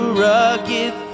rugged